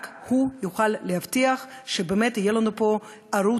רק הוא יוכל להבטיח שבאמת יהיה לנו פה ערוץ